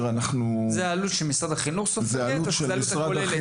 זו העלות שמשרד החינוך סופג או שזו העלות הכוללת?